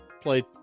play